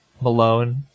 Malone